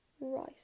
right